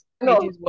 no